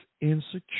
insecure